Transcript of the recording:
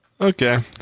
Okay